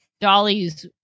Dolly's